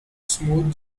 smooth